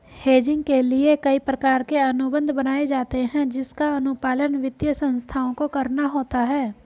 hedging के लिए कई प्रकार के अनुबंध बनाए जाते हैं जिसका अनुपालन वित्तीय संस्थाओं को करना होता है